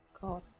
god